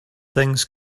things